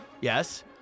Yes